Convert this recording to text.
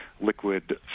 liquid